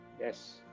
Yes